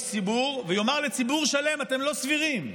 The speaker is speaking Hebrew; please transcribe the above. ציבור ויאמר לציבור שלם: אתם לא סבירים,